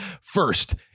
first